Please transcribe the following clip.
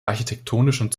architektonischen